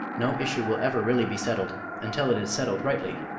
no issue will ever really be settled until it is settled rightly.